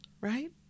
right